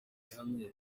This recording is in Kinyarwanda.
ihamye